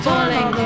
Falling